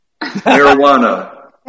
Marijuana